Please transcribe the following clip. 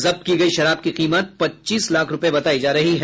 जब्त की गयी शराब की कीमत पच्चीस लाख रूपये बतायी जा रही है